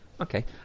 Okay